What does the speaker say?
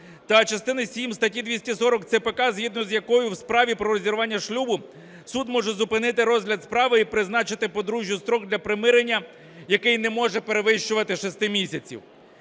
та частини сім статті 230 ЦПК, згідно з якою у справі про розірвання шлюбу суд може зупинити розгляд справи і призначити подружжю строк для примирення, який не може перевищувати 6 місяців.